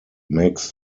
makes